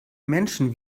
menschen